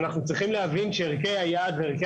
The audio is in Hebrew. אנחנו צריכים להבין שערכי היעד וערכי